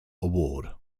award